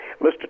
Mr